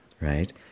right